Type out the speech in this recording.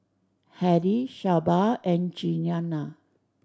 Hedy Shelba and Jeana